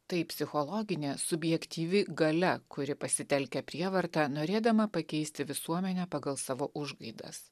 tai psichologinė subjektyvi galia kuri pasitelkia prievartą norėdama pakeisti visuomenę pagal savo užgaidas